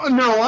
no